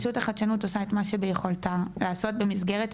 רשות החדשנות עושה את מה שביכולתה לעשות במסגרת.